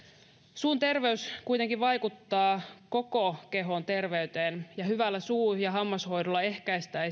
suun terveys kuitenkin vaikuttaa koko kehon terveyteen ja hyvällä suu ja hammashoidolla ehkäistään